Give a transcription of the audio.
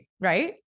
right